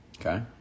Okay